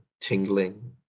tingling